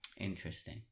interesting